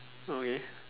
okay